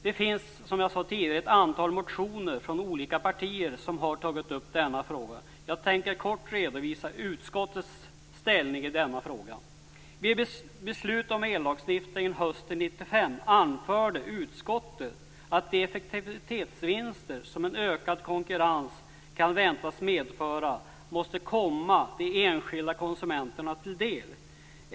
Det finns, som jag tidigare sagt, ett antal motioner från olika partier som tagit upp frågan. Jag skall kort redovisa utskottets ställning. Vid beslutet om ellagstiftningen hösten 1995 anförde utskottet att de effektivitetsvinster som en ökad konkurrens kan väntas medföra måste komma de enskilda konsumenterna till del.